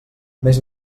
més